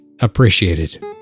appreciated